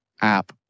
app